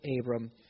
Abram